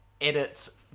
edits